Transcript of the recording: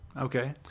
Okay